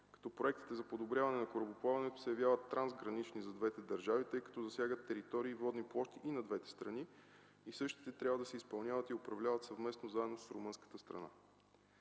като проектите за подобряване на корабоплаването се явяват трансгранични за двете държави, тъй като засягат територии и водни площи и на двете страни и същите трябва да се изпълняват и управляват съвместно и заедно с румънската страна.